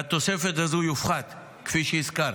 מהתוספת הזו יופחת, כפי שהזכרת,